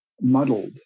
muddled